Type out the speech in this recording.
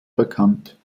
bekannt